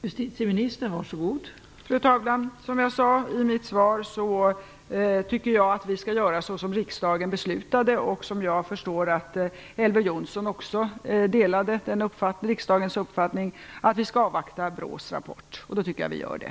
Fru talman! Som jag sade i mitt svar tycker jag att vi skall följa riksdagens uppfattning, som såvitt jag förstår Elver Jonsson delade, nämligen att vi skall avvakta BRÅ:s rapport. Då tycker jag att vi gör det.